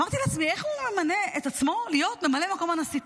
אמרתי לעצמי: איך הוא ממנה את עצמו להיות ממלא מקום הנשיא?